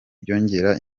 byongera